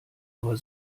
aber